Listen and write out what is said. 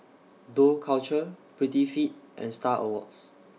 Dough Culture Prettyfit and STAR Awards